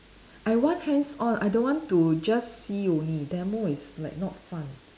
I want hands on I don't want to just see only demo is like not fun